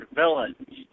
villains